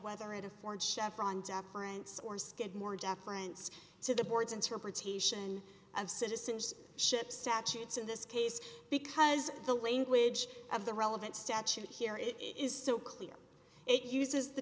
whether it affords chevron deference or skidmore deference to the board's interpretation of citizens ship saturates in this case because the language of the relevant statute here it is so clear it uses the